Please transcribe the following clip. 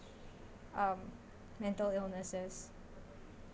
um mental illnesses